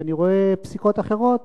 וכשאני רואה פסיקות אחרות,